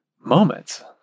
moments